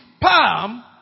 Palm